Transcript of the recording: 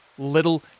Little